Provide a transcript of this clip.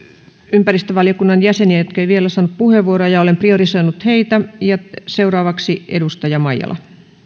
ympäristövaliokunnan jäseniä jotka eivät ole vielä saaneet puheenvuoroa ja ja olen priorisoinut heitä seuraavaksi edustaja maijala arvoisa